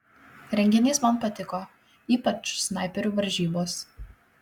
renginys man patiko ypač snaiperių varžybos